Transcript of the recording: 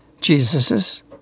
Jesus's